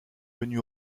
venu